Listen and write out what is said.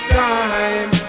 time